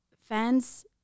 fans